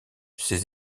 ces